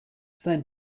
sein